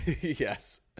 Yes